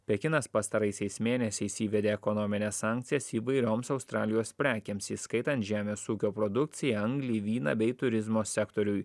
pekinas pastaraisiais mėnesiais įvedė ekonomines sankcijas įvairioms australijos prekėms įskaitant žemės ūkio produkciją anglį vyną bei turizmo sektorių